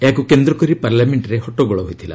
ଏହାକୁ କେନ୍ଦ୍ର କରି ପାର୍ଲାମେଣ୍ଟରେ ହଟ୍ଟଗୋଳ ହୋଇଥିଲା